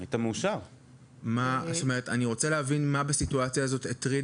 אני רוצה להבין מה בסיטואציה הזאת הטריד